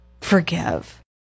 forgive